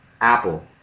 Apple